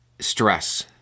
stress